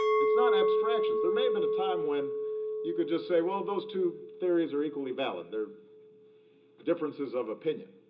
it's not abstractions. there may have been a time when you could just say, well, those two theories are equally valid. they're differences of opinion.